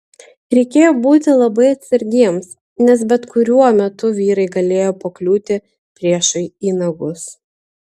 reikėjo būti labai atsargiems nes bet kuriuo metu vyrai galėjo pakliūti priešui į nagus